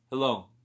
Hello